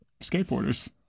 skateboarders